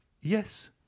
Yes